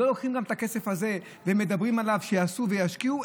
לא לוקחים את הכסף הזה ומדברים עליו שיעשו וישקיעו,